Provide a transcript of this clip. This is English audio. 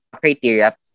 criteria